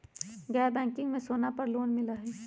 गैर बैंकिंग में सोना पर लोन मिलहई?